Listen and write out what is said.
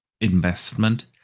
investment